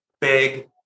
big